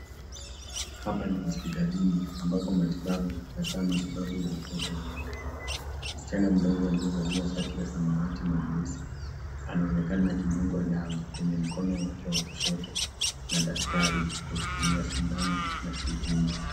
Hapa ni hospitalini ambapo matibabu, hasaa matibabu ya watoto inaendelea. Msichana mdogo aliyevalia shati ya samawati na nyeusi anaonekana akidungwa dawa kwenye mkono wake wakushoto na daktari kwa kutumia sindano na siriji.